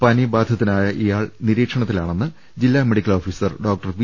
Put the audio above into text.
പനി ബാധിതനായ ഇയാൾ നിരീക്ഷണത്തിലാണെന്ന് ജില്ലാ medical officer doctor V